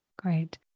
Great